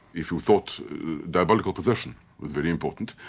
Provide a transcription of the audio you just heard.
if you thought diabolical perversion was very important,